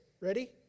Ready